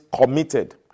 committed